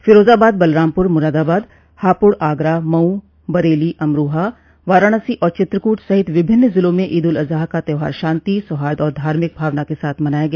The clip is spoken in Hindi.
फिरोजाबाद बलरामपुर मुरादाबाद हापुड़ आगरा मऊ बरेली अमरोहा वाराणसी और चित्रकूट सहित विभिन्न जिलों में ईद उल अज़हा का त्यौहार शांति सौहार्द और धार्मिक भावना के साथ मनाया गया